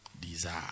desire